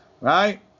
Right